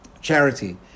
charity